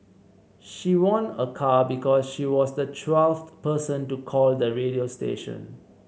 she won a car because she was the twelfth person to call the radio station